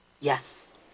Yes